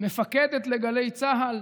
מפקדת לגלי צה"ל,